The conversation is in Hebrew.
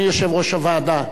אדוני יושב-ראש הוועדה,